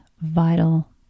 vital